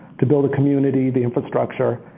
to build a community, the infrastructure,